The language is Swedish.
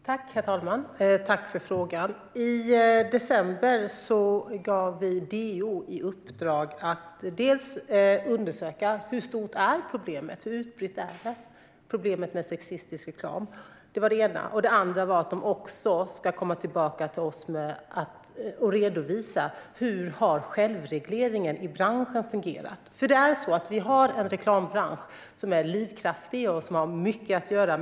Herr talman! Tack för frågan! I december gav vi DO i uppdrag att dels undersöka hur stort och utbrett problemet med sexistisk reklam är, dels komma tillbaka till oss och redovisa hur självregleringen i branschen har fungerat. Vi har nämligen en livskraftig reklambransch som har mycket att göra.